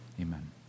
Amen